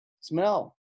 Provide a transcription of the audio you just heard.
Smell